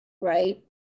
right